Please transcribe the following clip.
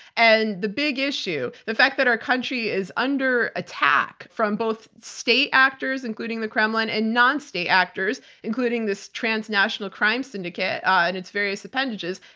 and the big issue, the fact that our country is under attack from both state actors, including the kremlin and non-state actors, including this transnational crime syndicate and its various appendages,